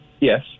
Yes